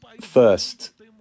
first